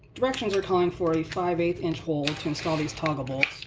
directions are calling for a five eight inch hole to install these toggle bolts.